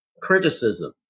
criticism